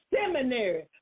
seminary